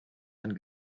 dann